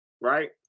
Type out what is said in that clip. Right